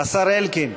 השר אלקין,